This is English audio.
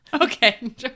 Okay